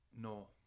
No